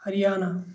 Haryana